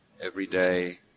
everyday